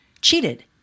cheated